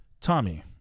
Tommy